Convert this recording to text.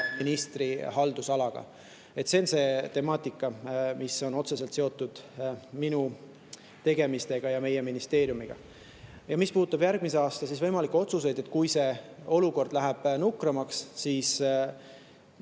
regionaalministri haldusalaga. See on see temaatika, mis on otseselt seotud minu tegemistega ja ministeeriumiga. Mis puudutab järgmise aasta võimalikke otsuseid, juhul kui olukord läheb nukramaks, siis